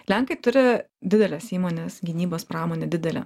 lenkai turi dideles įmones gynybos pramonė didelė